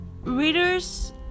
readers